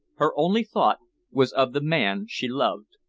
her only thought was of the man she loved.